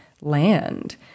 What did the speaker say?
land